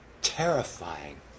terrifying